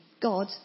God